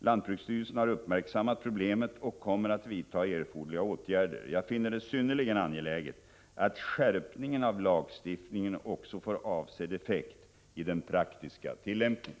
Lantbruksstyrelsen har uppmärksammat problemet och kommer att vidta erforderliga åtgärder. Jag finner det synnerligen angeläget att skärpningen av lagstiftningen också får avsedd effekt i den praktiska tillämpningen.